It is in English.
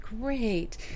great